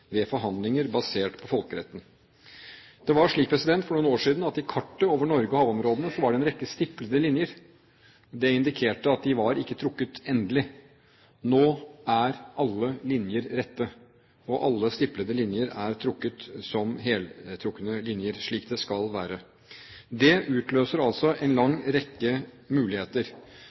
ved forhandlinger basert på folkeretten. Det var slik for noen år siden at i kartet over Norge og havområdene var det en rekke stiplede linjer. Det indikerte at de var ikke trukket endelig. Nå er alle linjer rette, alle stiplede linjer er trukket som hele linjer, slik det skal være. Det utløser altså en lang rekke muligheter.